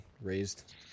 raised